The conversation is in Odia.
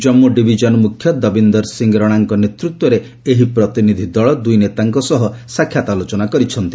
ଜନ୍ମ ଡିଭିଜନ୍ ମ୍ରଖ୍ୟ ଦବିନ୍ଦର୍ ସିଂ ରଣାଙ୍କ ନେତୃତ୍ୱରେ ଏହି ପ୍ରତିନିଧି ଦଳ ଦୁଇ ନେତାଙ୍କ ସହ ସାକ୍ଷାତ୍ ଆଲୋଚନା କରିଛନ୍ତି